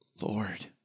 Lord